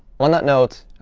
on that note,